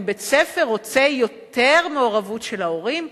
אם בית-ספר רוצה יותר מעורבות של ההורים,